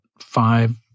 five